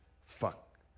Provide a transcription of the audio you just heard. Fuck